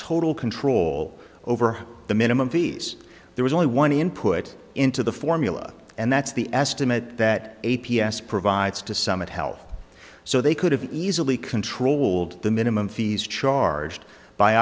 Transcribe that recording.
total control over the minimum fees there was only one input into the formula and that's the estimate that a p s provides to some of health so they could have easily controlled the minimum fees charged by